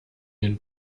den